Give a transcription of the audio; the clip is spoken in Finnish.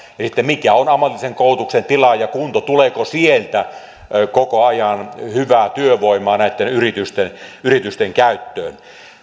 sitten mikä on ammatillisen koulutuksen tila ja kunto tuleeko sieltä koko ajan hyvää työvoimaa näitten yritysten yritysten käyttöön